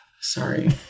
Sorry